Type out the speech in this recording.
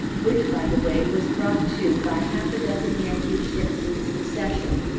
which, by the way, was brought to by half a dozen yankee ships in succession,